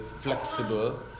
flexible